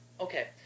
okay